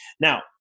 Now